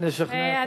לשכנע את הממשלה.